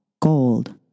gold